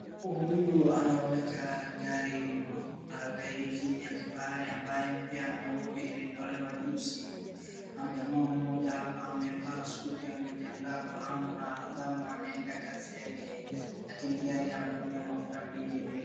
Mtu huyu anaweka gari mafuta . Gari hiki ya kifahari ambaye mpya nyeupe imetolewa juzi. Na jamaa mmoja hapa amevaa suti amejiandaa kwa hamu na ghamu anaenda kazi yake, lakini gari anatumia mafuta mingi vile.